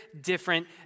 different